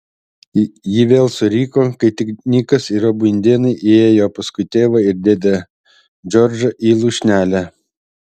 ji vėl suriko kai tik nikas ir abu indėnai įėjo paskui tėvą ir dėdę džordžą į lūšnelę